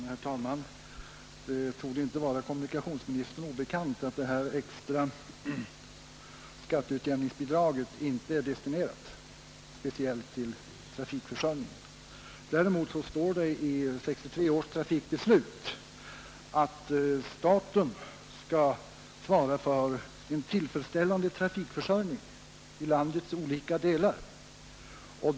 Herr talman! Det torde inte vara kommunikationsministern obekant att det extra skatteutjämningsbidraget inte är destinerat speciellt till trafikförsörjningen. Däremot står det i 1963 års trafikbeslut att staten skall svara för en tillfredsställande trafikförsörjning i landets olika delar.